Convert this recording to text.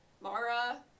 Mara